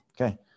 Okay